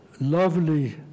lovely